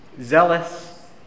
zealous